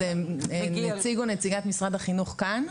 נציגת משרד החינוך כאן?